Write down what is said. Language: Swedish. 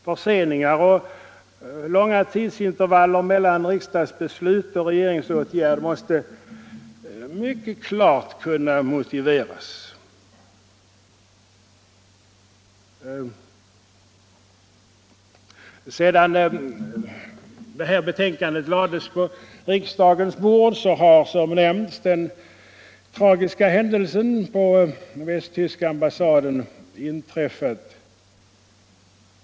Förseningar och långa tidsintervaller mellan riksdagsbeslut och regeringsåtgärd måste mycket klart kunna motiveras. Sedan betänkandet lades på riksdagens bord har som nämnts den tragiska händelsen på västtyska ambassaden inträffat.